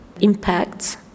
impacts